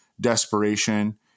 desperation